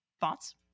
thoughts